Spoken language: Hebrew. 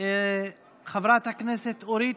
חברת הכנסת אורית